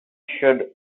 should